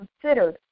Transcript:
considered